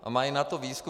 A mají na to výzkum.